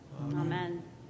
amen